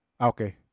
Okay